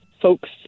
folks